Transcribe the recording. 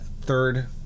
third